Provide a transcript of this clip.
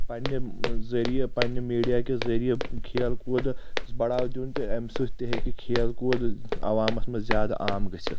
پننہِ ذریعہِ پننہِ میڈیا ذریعہِ کھیل کودس بڑاوٕ دِیُن تہٕ امہِ سۭتۍ تہِ ہیٚکہِ کھیل کود عوامس منٛز زیادٕ گٔژھِتھ